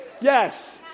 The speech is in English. Yes